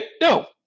No